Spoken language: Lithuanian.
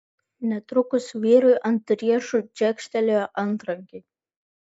netrukus vyrui ant riešų čekštelėjo antrankiai